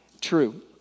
true